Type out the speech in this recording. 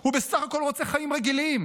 הוא בסך הכול רוצה חיים רגילים,